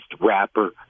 rapper